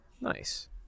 Nice